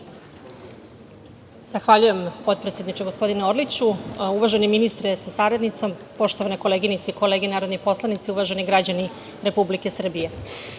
Zahvaljujem, potpredsedniče, gospodine Orliću. Uvaženi ministre sa saradnicom, poštovane koleginice i kolege narodni poslanici, uvaženi građani Srbije,